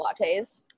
lattes